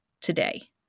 today